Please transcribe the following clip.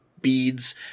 beads